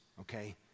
okay